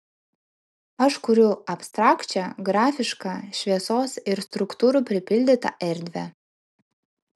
aš kuriu abstrakčią grafišką šviesos ir struktūrų pripildytą erdvę